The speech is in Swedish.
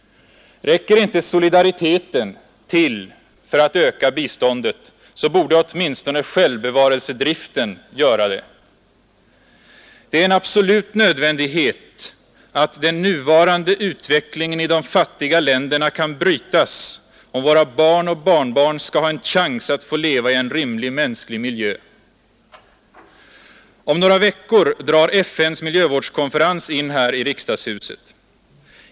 Räcker inte solidariteten till för att öka biståndet så borde åtminstone självbevarelsedriften göra det. Det är en absolut nödvändighet att den nuvarande utvecklingen i de fattiga länderna kan brytas om våra barn och barnbarn skall ha en chans att få leva i en rimlig mänsklig miljö. Om några veckor drar FN:s miljövårdskonferens in här i riksdagshuset.